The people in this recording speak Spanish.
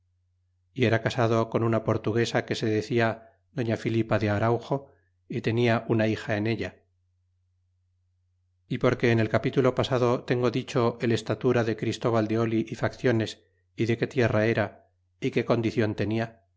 y era casado con una portuguesa que se decia doña filipa de araujo y tenia una hija en ella y porque en el capítulo pasado tengo dicho el estatura de christóval de oli y facciones y de qué tierra era y qué condicion tenia